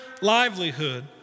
livelihood